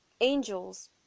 angels